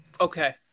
Okay